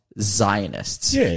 Zionists